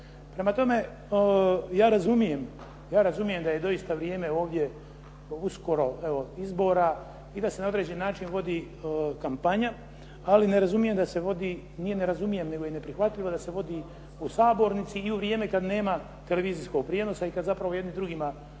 razumijem, ja razumijem da je doista vrijeme ovdje uskoro evo izbora i da se na određeni način vodi kampanja ali ne razumijem da se vodi, nije ne razumijem, nego je i neprihvatljivo da se vodi u sabornici i u vrijeme kada nema televizijskog prijenosa i kada zapravo jedni drugima